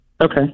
Okay